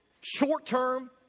short-term